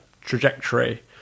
trajectory